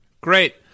Great